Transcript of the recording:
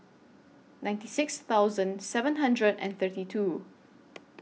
ninety six thousand seven hundred and thirty two